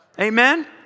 Amen